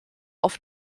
auf